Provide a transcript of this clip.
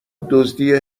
دزدی